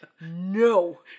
No